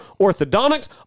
orthodontics